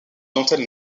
dentelle